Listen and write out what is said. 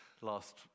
last